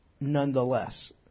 nonetheless